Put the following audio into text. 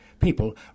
people